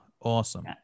awesome